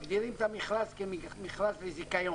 מגדירים את המכרז כמכרז לזיכיון,